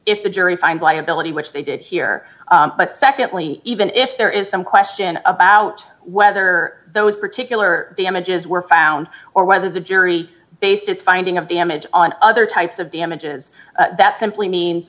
if the jury finds liability which they did here but secondly even if there is some question about whether those particular damages were found or whether the jury based its finding of damage on other types of damages that simply mean